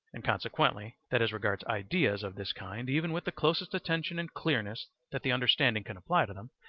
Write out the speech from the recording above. and consequently that as regards ideas of this kind even with the closest attention and clearness that the understanding can apply to them,